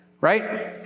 Right